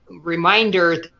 Reminder